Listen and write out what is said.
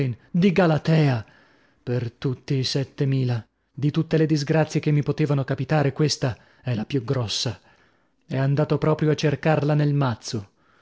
di galatea per tutti i settemila di tutte le disgrazie che mi potevano capitare questa è la più grossa è andato proprio a cercarla nel mazzo